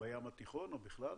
בים התיכון או בכלל?